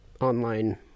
online